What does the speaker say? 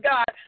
God